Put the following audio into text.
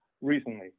recently